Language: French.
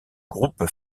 groupe